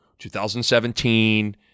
2017